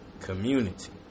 Community